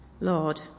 Lord